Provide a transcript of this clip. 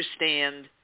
understand